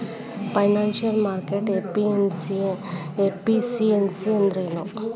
Financial market efficiency ಅಂದ್ರೇನು?